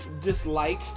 dislike